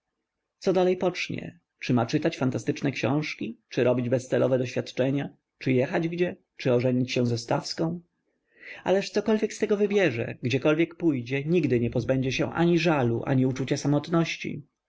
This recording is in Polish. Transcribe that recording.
co dalej pocznie czy ma czytać fantastyczne książki czy robić bezcelowe doświadczenia czy jechać gdzie czy ożenić się ze stawską ależ cokolwiek z tego wybierze gdziekolwiek pójdzie nigdy nie pozbędzie się ani żalu ani uczucia samotności